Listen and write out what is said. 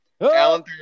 Alan